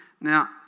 now